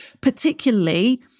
particularly